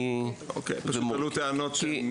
אוקי, פשוט עלו טענות.